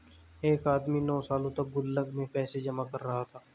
एक आदमी नौं सालों तक गुल्लक में पैसे जमा कर रहा था